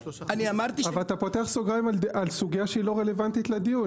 אבל אתה פותח סוגריים על סוגיה שהיא לא רלוונטית לדיון.